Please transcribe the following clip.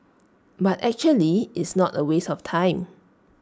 but actually it's not A waste of time